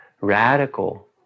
radical